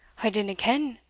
i dinna ken,